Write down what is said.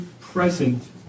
present